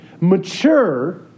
mature